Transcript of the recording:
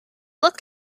looked